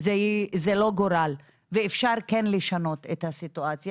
וזה לא גורל ואפשר לשנות את הסיטואציה